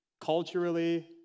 culturally